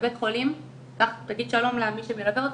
לבית חולים, קח, תגיד שלום למי שמלווה אותך,